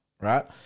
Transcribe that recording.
right